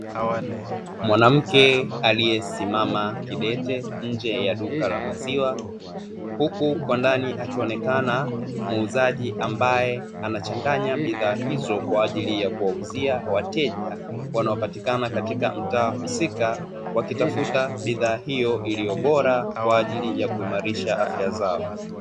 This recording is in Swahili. Mwanamke aliye simama kidete nje ya duka la maziwa huku kwandani akionekana muuzaji ambaye anachanganya bidhaa hizo kwaajili ya kuwauzia wateja, wanao patikana katika mtaa husika wakitafuta bidhaa hiyo iliyo bora kwaajili ya kuimalisha afya zao.